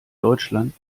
deutschland